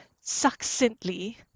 succinctly